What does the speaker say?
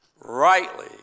rightly